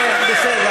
בסדר.